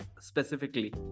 specifically